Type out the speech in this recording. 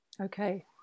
Okay